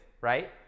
right